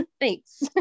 thanks